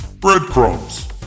Breadcrumbs